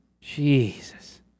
Jesus